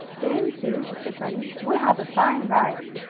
get in, sue, said bunny. we'll have a fine ride.